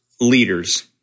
leaders